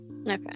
Okay